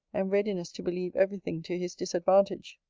and readiness to believe every thing to his disadvantage.